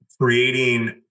creating